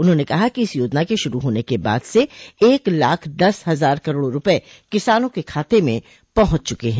उन्होंने कहा कि इस योजना के शुरू होने के बाद से एक लाख दस हजार करोड़ रुपये किसानों के खाते में पहुंच चुके हैं